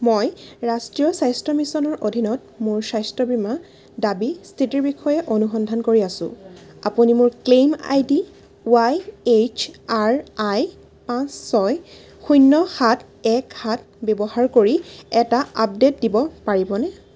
মই ৰাষ্ট্ৰীয় স্বাস্থ্য মিছনৰ অধীনত মোৰ স্বাস্থ্য বীমা দাবী স্থিতিৰ বিষয়ে অনুসন্ধান কৰি আছো আপুনি মোৰ claim I D Y H R I পাঁচ ছয় শূন্য সাত এক সাত ব্যৱহাৰ কৰি এটা আপডেট দিব পাৰিবনে